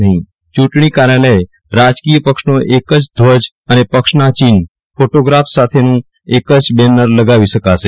યૂંટણી કાર્યાલયે રાજકીય પક્ષનો એક જ ધ્વજ અને પક્ષના યિન્હ ફોટોગ્રાફ સાથેનું એક જ બેનર લગાવી શકાશે